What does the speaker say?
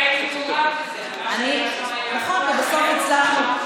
אני הרי הייתי שותף בזה, נכון, ובסוף הצלחנו.